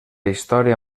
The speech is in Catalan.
història